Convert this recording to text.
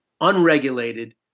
unregulated